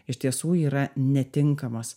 iš tiesų yra netinkamas